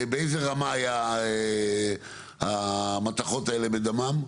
באיזה רמה היה המתכות האלה בדמם?